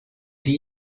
die